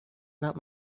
not